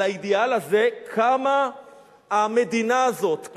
על האידיאל הזה קמה המדינה הזאת,